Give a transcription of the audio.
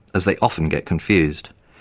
as they often get confused.